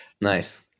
Nice